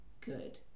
good